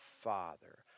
father